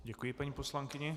Děkuji paní poslankyni.